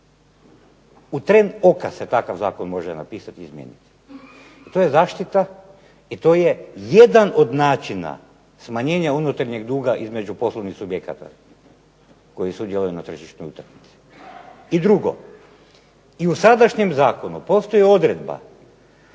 U tren oka se može takav zakon napisati i izmijeniti. To je zaštita i to je jedan od načina smanjenja unutarnjeg duga između poslovnih subjekata koji sudjeluju na tržišnoj utakmici. I drugo i u sadašnjem zakonu postoji odredba